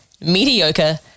Mediocre